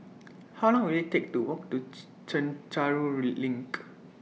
How Long Will IT Take to Walk to Chencharu LINK